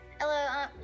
Hello